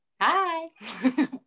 Hi